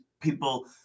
people